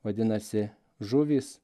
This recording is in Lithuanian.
vadinasi žuvys